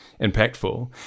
impactful